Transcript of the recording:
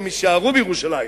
והם יישארו בירושלים.